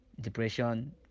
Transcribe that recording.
Depression